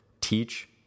teach